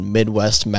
Midwest